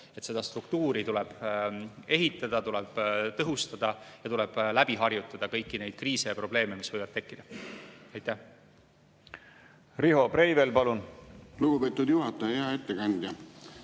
et seda struktuuri tuleb ehitada, tuleb tõhustada ja tuleb läbi harjutada kõiki neid kriise ja probleeme, mis võivad tekkida. Riho Breivel, palun! Riho Breivel, palun! Lugupeetud juhataja! Hea ettekandja!